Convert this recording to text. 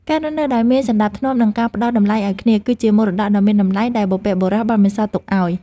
ការរស់នៅដោយមានសណ្ដាប់ធ្នាប់និងការផ្ដល់តម្លៃឱ្យគ្នា គឺជាមរតកដ៏មានតម្លៃដែលបុព្វបុរសបានបន្សល់ទុកឱ្យ។